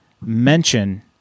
mention